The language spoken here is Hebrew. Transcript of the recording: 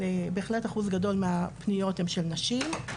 אבל בהחלט אחוז גדול מהפניות הן של נשים.